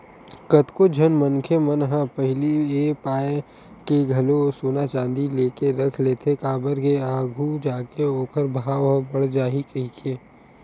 कतको झन मनखे मन ह पहिली ए पाय के घलो सोना चांदी लेके रख लेथे काबर के आघू जाके ओखर भाव ह बड़ जाही कहिके